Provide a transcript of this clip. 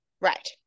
Right